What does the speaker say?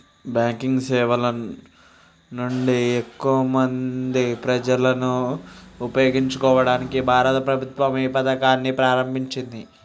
Banking సేవల నుండి ఎక్కువ మంది ప్రజలను ఉపయోగించుకోవడానికి భారత ప్రభుత్వం ఏ పథకాన్ని ప్రారంభించింది?